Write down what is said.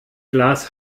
glas